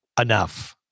enough